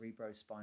cerebrospinal